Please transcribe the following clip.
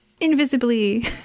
Invisibly